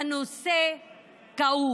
הנושא כאוב.